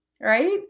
right